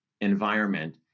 environment